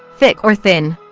thick or thin.